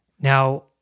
Now